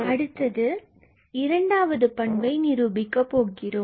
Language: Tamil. அடுத்து இரண்டாவது பண்பை நிரூபிக்கப் போகிறோம்